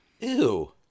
Ew